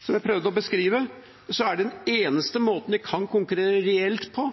Som jeg prøvde å beskrive, er sannsynligvis den eneste måten de kan konkurrere reelt på,